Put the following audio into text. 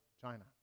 China